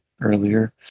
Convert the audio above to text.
earlier